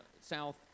south